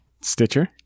Stitcher